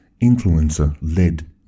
influencer-led